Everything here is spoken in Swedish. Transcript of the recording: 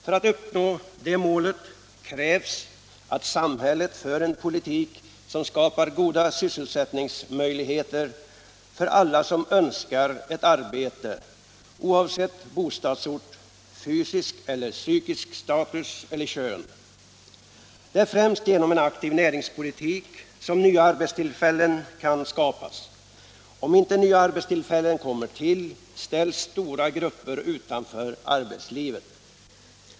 För att nå det målet krävs att samhället för en politik som skapar goda sysselsättningsmöjligheter för alla som önskar ett arbete, oavsett bostadsort, fysisk eller psykisk status eller kön. Det är främst genom en aktiv näringspolitik som nya arbetstillfällen kan skapas. Om inte nya arbetstillfällen kommer till ställs stora grupper utanför arbetslivet.